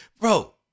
bro